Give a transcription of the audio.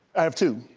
i have two.